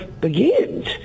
begins